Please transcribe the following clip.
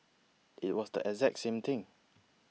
it was the exact same thing